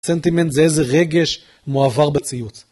סנטימנט, זה איזה רגש מועבר בציוץ.